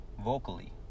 vocally